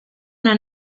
una